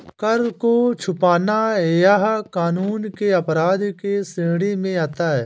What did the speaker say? कर को छुपाना यह कानून के अपराध के श्रेणी में आता है